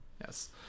Yes